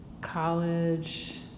College